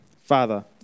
Father